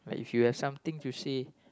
like if you have something to say